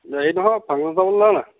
হেৰি নহয় ফাংছন চাবলৈ ওলালা